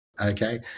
okay